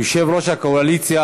יושב-ראש הקואליציה,